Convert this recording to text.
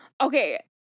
Okay